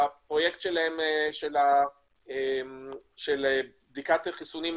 בפרויקט שלהם של בדיקת החיסונים,